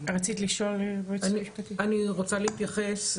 אני רוצה להתייחס.